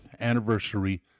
anniversary